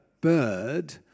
bird